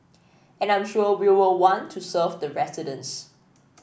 and I'm sure we will want to serve the residents